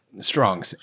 strong